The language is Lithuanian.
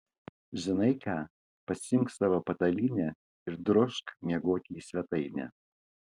žinai ką pasiimk savo patalynę ir drožk miegoti į svetainę